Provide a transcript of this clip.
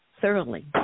thoroughly